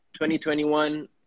2021